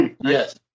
Yes